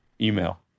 email